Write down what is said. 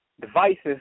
devices